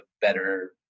better